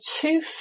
two